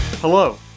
Hello